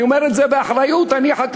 אני אומר את זה באחריות, אני חקלאי.